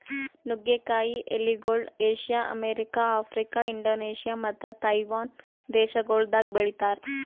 ನುಗ್ಗೆ ಕಾಯಿ ಎಲಿಗೊಳ್ ಏಷ್ಯಾ, ಅಮೆರಿಕ, ಆಫ್ರಿಕಾ, ಇಂಡೋನೇಷ್ಯಾ ಮತ್ತ ತೈವಾನ್ ದೇಶಗೊಳ್ದಾಗ್ ಬೆಳಿತಾರ್